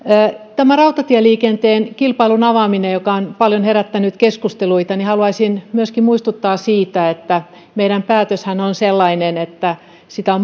rautatieliikenteen kilpailun avaaminen joka on paljon herättänyt keskusteluita haluaisin myöskin muistuttaa siitä että meidän päätöksemmehän on sellainen että sitä on